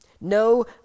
No